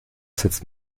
sitzt